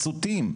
בוויסותים.